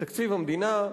בתקציב המדינה,